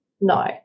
No